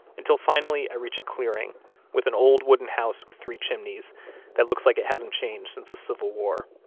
until finally i reach a clearing with an old wooden house with three chimneys that looks like it hasn't changed since the civil war.